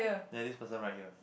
then this person right here